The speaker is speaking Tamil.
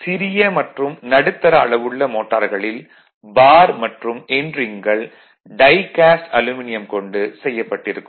சிறிய மற்றும் நடுத்தர அளவுள்ள மோட்டார்களில் பார் மற்றும் எண்ட் ரிங்கள் டை காஸ்ட் அலுமினியம் கொண்டு செய்யப்பட்டிருக்கும்